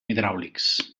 hidràulics